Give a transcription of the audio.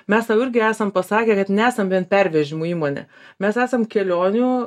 mes sau irgi esam pasakę kad nesam vien pervežimų įmone mes esam kelionių